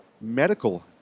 medical